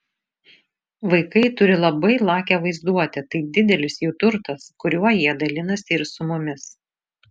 vaikai turi labai lakią vaizduotę tai didelis jų turtas kuriuo jie dalinasi ir su mumis